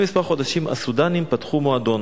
"הסודנים פתחו מועדון